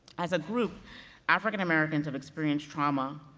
as a group african americans have experienced trauma,